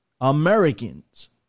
Americans